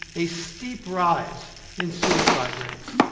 a steep rise in suicide rates.